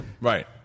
right